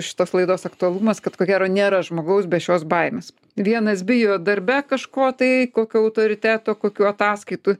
šitos laidos aktualumas kad ko gero nėra žmogaus be šios baimės vienas bijo darbe kažko tai kokio autoriteto kokių ataskaitų